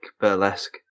burlesque